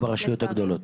רק ברשויות הגדולות.